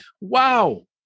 wow